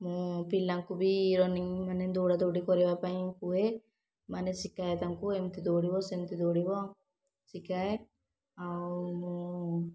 ମୁଁ ପିଲାଙ୍କୁ ବି ରନିଙ୍ଗ୍ ମାନେ ଦୌଡ଼ାଦୌଡ଼ି କରିବାପାଇଁ କୁହେ ମାନେ ଶିଖାଏ ତାଙ୍କୁ ଏମିତି ଦୌଡ଼ିବ ସେମିତି ଦୌଡ଼ିବ ଶିଖାଏ ଆଉ ମୁଁ